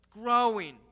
growing